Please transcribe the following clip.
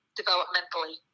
developmentally